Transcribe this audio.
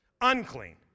unclean